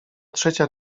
trzecia